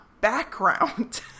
background